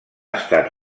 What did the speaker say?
estat